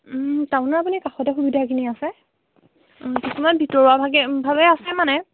টাউনৰ আপুনি কাষতে সুবিধাখিনি আছে কিছুমান ভিতৰুৱা ভাগে ভাৱে আছে মানে